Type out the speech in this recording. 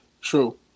True